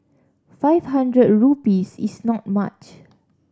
five hundred rupees is not much